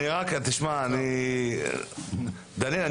דניאל,